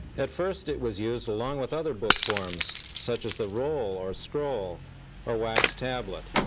at first, it was used along with other book forms, such as the roll or scroll or wax tablet.